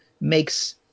makes